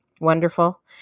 wonderful